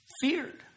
feared